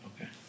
Okay